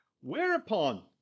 Whereupon